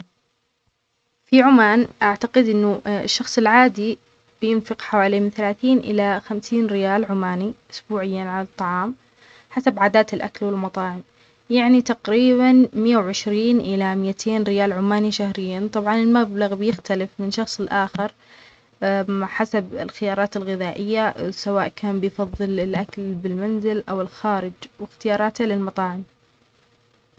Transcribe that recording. في عمان، أعتقد أنه الشخص العادي بينفق حوالي من ثلاثين إلى خمسين ريال عماني إسبوعياً على الطعام حسب عادات الأكل والمطاعم. يعني تقريباً ميه و عشرين إلى ميتين ريال عماني شهرياً. طبعاً المبلغ بيختلف من شخص لأخر حسب الخيارات الغذائية سواء كان بيفضل الأكل بالمنزل أو الخارج واختياراته للمطاعم.